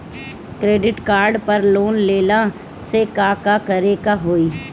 Credit card पर loan लेला से का का करे क होइ?